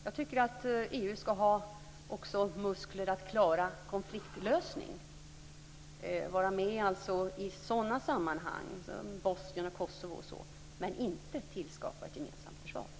Jag tycker att EU också skall ha muskler att klara konfliktlösning, vara med i sådana sammanhang som Bosnien, Kosovo osv. - men inte tillskapa ett gemensamt försvar.